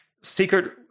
secret